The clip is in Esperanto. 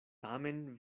tamen